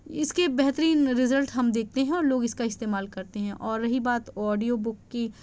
اس کے بہترین رزلٹ ہم دیکھتے ہیں اور لوگ اس کا استعمال کرتے ہیں اور رہی بات آڈیو بک کی